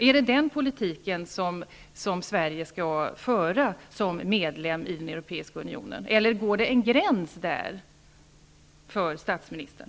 Är det den politiken som Sverige skall föra som medlem i Europeiska unionen? Eller går det en gräns där för statsministern?